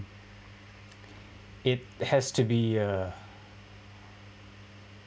it has to be uh